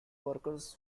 workers